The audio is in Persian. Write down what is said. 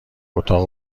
اتاق